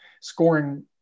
scoring